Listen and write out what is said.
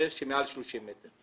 זה למבנים שמעל 30 מטר.